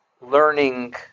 learning